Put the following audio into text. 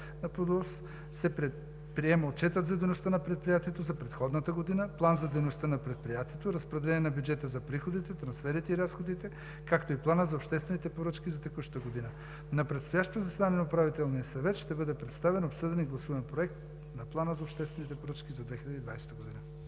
на ПУДООС се приема отчетът за дейността на предприятието за предходната година, план за дейността на предприятието, разпределение на бюджета за приходите, трансферите и разходите, както и планът за обществените поръчки за текущата година. На предстоящото заседание на Управителния съвет ще бъде представен, обсъден и гласуван Проект на плана за обществените поръчки за 2020 г.